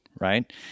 right